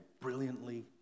brilliantly